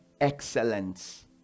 excellence